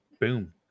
Boom